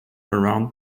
around